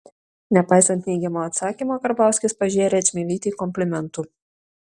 nepaisant neigiamo atsakymo karbauskis pažėrė čmilytei komplimentų